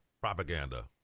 propaganda